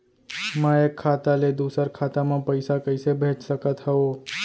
मैं एक खाता ले दूसर खाता मा पइसा कइसे भेज सकत हओं?